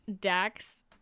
Dax